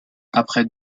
après